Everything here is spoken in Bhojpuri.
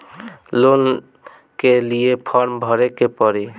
लोन के लिए फर्म भरे के पड़ी?